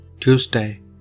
Tuesday